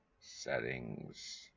Settings